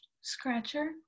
scratcher